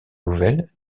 nouvelles